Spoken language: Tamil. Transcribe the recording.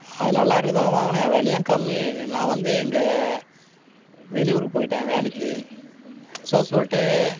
அது நல்லா இருக்குது தான் வாங்கினேன் விலையும் கம்மி இது நான் வந்து இங்கே வெளியூருக்கு போயிட்டேன் வேலைக்கு ஸோ சொல்லிட்டு